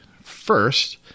first